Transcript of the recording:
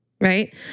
right